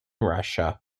russia